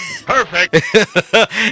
perfect